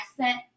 accent